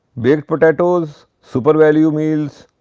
baked potatoes, super value meals,